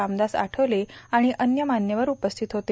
रामदास आठवले आणि अन्य मान्यवर उपस्थित होते